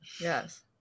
Yes